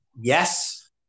Yes